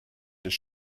des